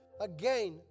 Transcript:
again